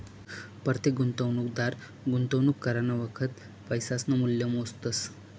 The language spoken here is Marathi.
परतेक गुंतवणूकदार गुंतवणूक करानं वखत पैसासनं मूल्य मोजतस